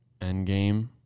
Endgame